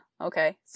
Okay